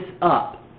up